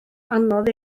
anodd